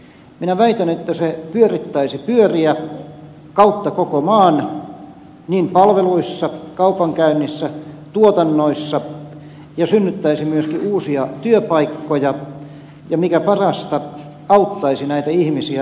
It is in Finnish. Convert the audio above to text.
minä väitän että se pyörittäisi pyöriä kautta koko maan niin palveluissa kaupankäynnissä kuin tuotannossa ja synnyttäisi myöskin uusia työpaikkoja ja mikä parasta auttaisi näitä ihmisiä elämän arjessa